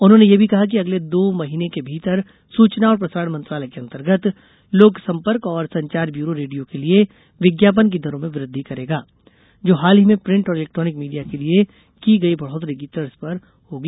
उन्होंने यह भी कहा कि अगले दो महीने के भीतर सूचना और प्रसारण मंत्रालय के अंतर्गत लोक संपर्क और संचार ब्यूरो रेडियो के लिए विज्ञापन की दरों में वृद्धि करेगा जो हाल ही में प्रिंट और इलेक्ट्रॉनिक मीडिया के लिए की गई बढ़ोतरी की तर्ज पर होंगी